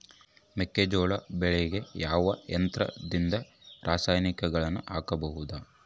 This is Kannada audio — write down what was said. ಮೆಕ್ಕೆಜೋಳ ಬೆಳೆಗೆ ಯಾವ ಯಂತ್ರದಿಂದ ರಾಸಾಯನಿಕಗಳನ್ನು ಹಾಕಬಹುದು?